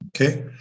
Okay